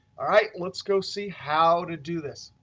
all right, let's go see how to do this.